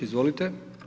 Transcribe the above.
Izvolite.